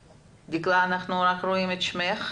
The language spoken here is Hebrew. העם,